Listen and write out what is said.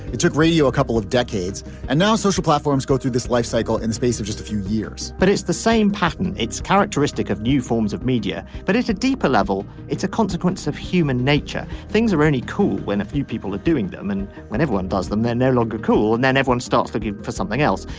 it took radio a couple of decades and now social platforms go through this life cycle in space of just a few years but it's the same pattern. it's characteristic of new forms of media. but at a deeper level it's a consequence of human nature. things are only cool when a few people are doing them and when everyone does them they're no longer cool and then everyone starts looking for something else.